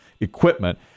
equipment